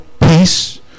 peace